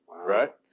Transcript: Right